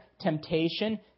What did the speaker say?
temptation